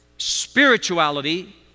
Spirituality